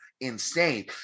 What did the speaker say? insane